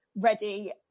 ready